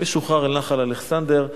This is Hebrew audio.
לנחל אלכסנדר,